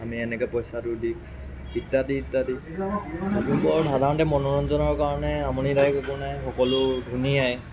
আমি এনেকৈ পইচাটো দি ইত্যাদি ইত্যাদি লখিমপুৰত সাধাৰণতে মনোৰঞ্জনৰ কাৰণে আমনিদায়ক একো নাই সকলো ধুনীয়াই